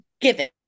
given